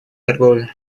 торговле